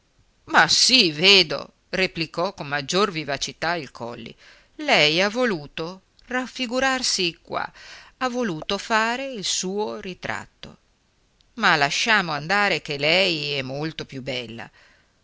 ma sì vedo replicò con maggior vivacità il colli lei ha voluto raffigurarsi qua ha voluto fare il suo ritratto ma lasciamo andare che lei è molto più bella